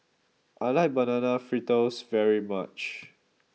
I like Banana Fritters very much